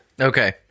Okay